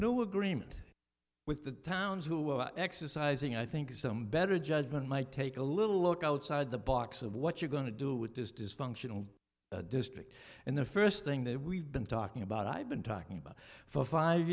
new agreement with the towns who are exercising i think some better judgment might take a little look outside the box of what you're going to do with this dysfunctional district and the first thing that we've been talking about i've been talking about for five